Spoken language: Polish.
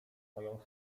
swoją